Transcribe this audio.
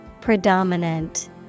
Predominant